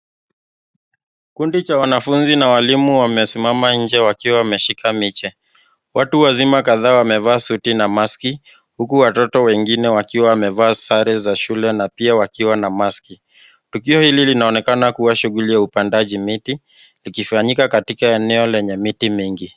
Kikundi cha wanafunzi na walimu wamesimama nje wakiwa wameshika miche. Watu wazima kadhaa wamevaa suti na mask ,huku watoto wengine wakiwa wamevaa sare za shule na pia wakiwa na mask .Tukio hili linaonekana kuwa shunguli ya upandaji miti, likifanyika katika eneo lenye miti mingi.